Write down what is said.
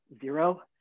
zero